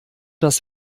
das